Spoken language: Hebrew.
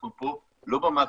אנחנו פה לא במקסימום,